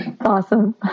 Awesome